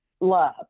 LOVE